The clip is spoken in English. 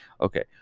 Okay